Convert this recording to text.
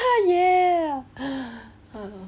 ya